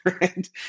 right